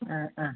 ആ ആ